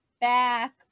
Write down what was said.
back